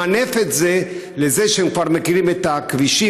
למנף את זה לכך שהם כבר מכירים את הכבישים,